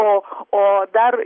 oo dar